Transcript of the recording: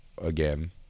again